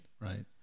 right